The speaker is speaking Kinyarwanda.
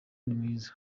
nimwiza